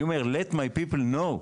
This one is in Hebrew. אני אומר let my people know,